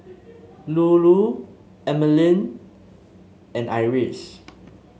Lulu Emeline and Iris